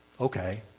Okay